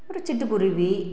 அப்புறம் சிட்டு குருவி